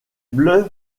bleus